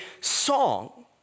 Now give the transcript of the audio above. song